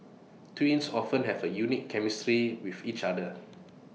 twins often have A unique chemistry with each other